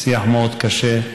שיח מאוד קשה,